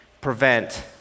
prevent